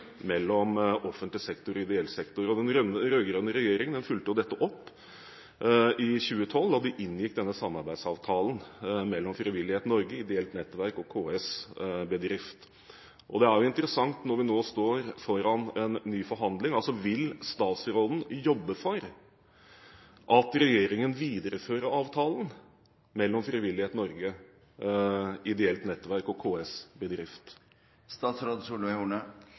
mellom offentlig og ideell sektor. Den rød-grønne regjeringen fulgte dette opp i 2012 da de inngikk den samarbeidsavtalen mellom Frivillighet Norge, Ideelt Nettverk og KS Bedrift. Det er interessant, når vi nå står foran en ny forhandling: Vil statsråden jobbe for at regjeringen viderefører avtalen mellom Frivillighet Norge, Ideelt nettverk og KS Bedrift?